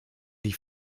die